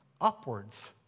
upwards